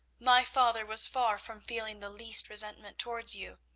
my father was far from feeling the least resentment towards you. you.